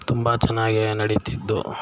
ತುಂಬ ಚೆನ್ನಾಗೇ ನಡೀತಿದ್ದು